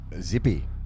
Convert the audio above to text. Zippy